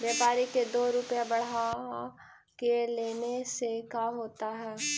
व्यापारिक के दो रूपया बढ़ा के लेने से का होता है?